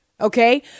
Okay